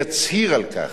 יצהיר על כך.